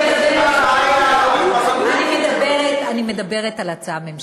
אני מדברת על הצעה ממשלתית,